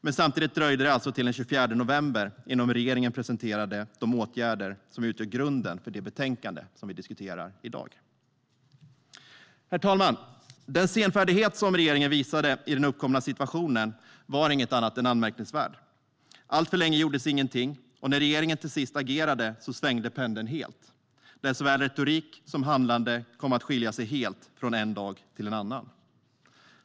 Men samtidigt dröjde det alltså till den 24 november innan regeringen presenterade de åtgärder som utgör grunden för det betänkande vi diskuterar i dag. Herr talman! Den senfärdighet som regeringen visade i den uppkomna situationen var inget annat än anmärkningsvärd. Alltför länge gjordes ingenting, och när regeringen till sist agerade svängde pendeln helt där såväl retorik som handlande kom att skilja sig helt från en dag till en annan.